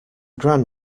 gran